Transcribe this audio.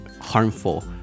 harmful